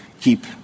keep